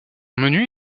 menu